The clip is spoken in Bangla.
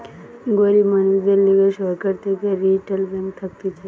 গরিব মানুষদের লিগে সরকার থেকে রিইটাল ব্যাঙ্ক থাকতিছে